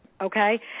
okay